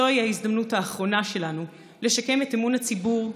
זוהי ההזדמנות האחרונה שלנו לשקם את אמון הציבור,